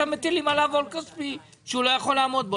ומטילים עליו עול כספי שהוא לא יכול לעמוד בו?